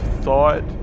thought